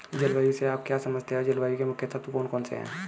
जलवायु से आप क्या समझते हैं जलवायु के मुख्य तत्व कौन कौन से हैं?